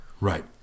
Right